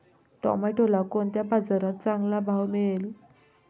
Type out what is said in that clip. टोमॅटोला कोणत्या बाजारात चांगला भाव मिळेल?